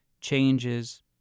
changes